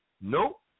Nope